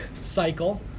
cycle